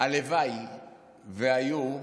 הלוואי והיו,